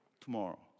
Tomorrow